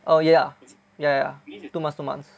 oh ya ya ya two months two months